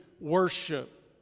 worship